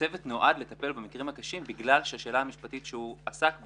הצוות נועד לטפל במקרים הקשים בגלל השאלה המשפטית שהוא עסק בה,